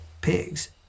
Pigs